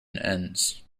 ends